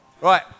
right